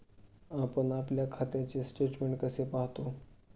आपण आपल्या खात्याचे स्टेटमेंट कसे पाहतो?